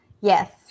Yes